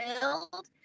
build